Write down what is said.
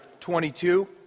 22